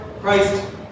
Christ